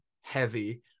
heavy